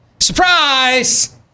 surprise